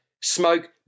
smoke